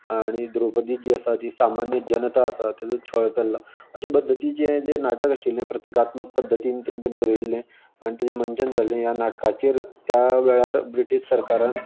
आनी द्रौपदी जी आसा ती सामान्य जनता आसा तेजो छळ चल्लां अशे पध्दतीचें जें नाटक आशिल्लें प्रतिकात्मक पध्दतीन तेणें तें बरयल्लें आनी तेजें मंचन जाल्लें ह्या नाटकाचेर त्या वेळार ब्रिटिश सरकारान